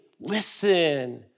listen